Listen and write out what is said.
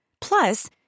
Plus